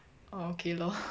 orh okay lor